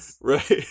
right